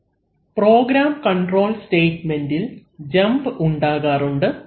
അവലംബിക്കുന്ന സ്ലൈഡ് സമയം 1225 program control സ്റ്റേറ്റ്മെന്റിൽ ജമ്പ് ഉണ്ടാകാറുണ്ട്